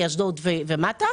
מאשדוד ומטה.